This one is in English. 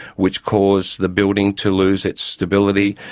which cause the building to lose its stability.